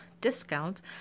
discount